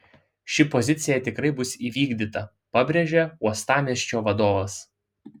ši pozicija tikrai bus įvykdyta pabrėžė uostamiesčio vadovas